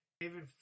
david